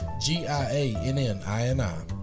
G-I-A-N-N-I-N-I